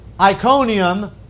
Iconium